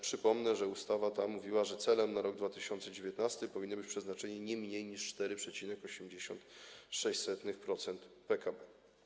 Przypomnę, że ustawa ta mówiła, iż celem na rok 2019 powinno być przeznaczenie nie mniej niż 4,86% PKB.